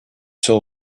soul